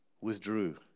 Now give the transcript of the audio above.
withdrew